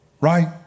Right